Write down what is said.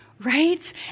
right